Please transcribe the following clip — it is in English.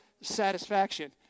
satisfaction